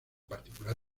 particular